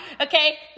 Okay